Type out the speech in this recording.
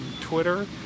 Twitter